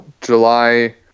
July